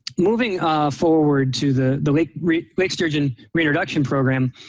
moving forward to the the lake lake sturgeon reintroduction program.